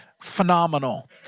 Phenomenal